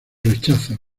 rechaza